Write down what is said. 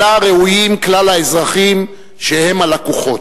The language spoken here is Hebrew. שלה ראויים כלל האזרחים, הלקוחות.